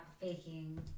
faking